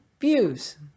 views